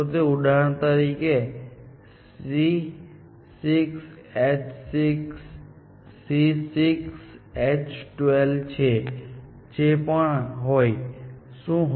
ઉદાહરણ તરીકે C6H6 C6H12 જે પણ હોય તે શું હતું